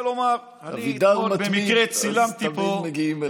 אבידר מתמיד, אז תמיד מגיעים אליו בסוף.